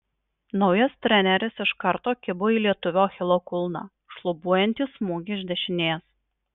naujas treneris iš karto kibo į lietuvio achilo kulną šlubuojantį smūgį iš dešinės